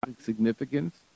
...significance